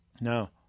No